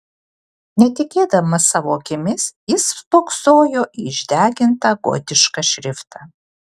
netikėdamas savo akimis jis spoksojo į išdegintą gotišką šriftą